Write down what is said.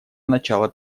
начала